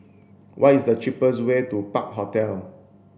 what is the cheapest way to Park Hotel